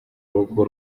rugo